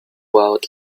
world